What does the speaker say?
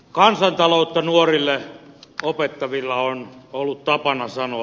kansantaloutta nuorille opettavilla on ollut tapana sanoa